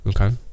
okay